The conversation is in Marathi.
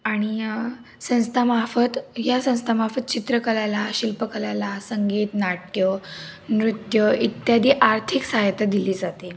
आणि संस्थामार्फत या संस्थामार्फत चित्रकलेला शिल्पकलेला संगीत नाट्य नृत्य इत्यादी आर्थिक सहायता दिली जाते